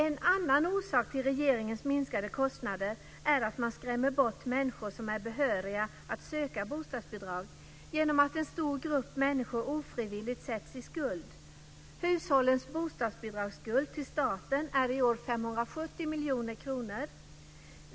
En annan orsak till regeringens minskade kostnader är att man skrämmer bort människor som är behöriga att söka bostadsbidrag, genom att en stor grupp människor ofrivilligt sätts i skuld. Hushållens bostadsbidragsskuld till staten är i år 570 miljoner kronor.